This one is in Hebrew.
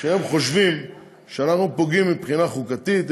שהם חושבים שאנחנו פוגעים מבחינה חוקתית.